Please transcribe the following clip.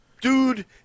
dude